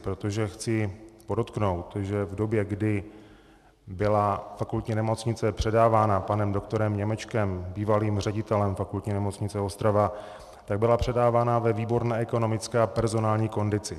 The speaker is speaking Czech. Protože chci podotknout, že v době, kdy byla Fakultní nemocnice předávána panem doktorem Němečkem, bývalým ředitelem Fakultní nemocnice Ostrava, tak byla předávána ve výborné ekonomické a personální kondici.